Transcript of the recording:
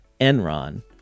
Enron